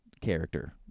character